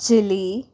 chilly